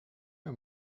mir